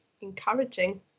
encouraging